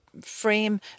frame